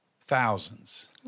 thousands